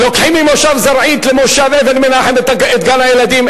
לוקחים ממושב זרעית למושב אבן-מנחם את גן-הילדים,